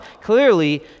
clearly